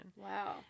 Wow